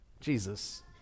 Jesus